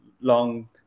long